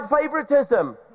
favoritism